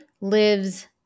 lives